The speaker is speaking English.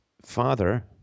father